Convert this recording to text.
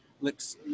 looks